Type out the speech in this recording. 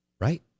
Right